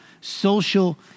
social